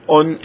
on